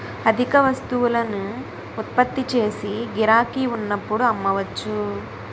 అధిక వస్తువులను ఉత్పత్తి చేసి గిరాకీ ఉన్నప్పుడు అమ్మవచ్చు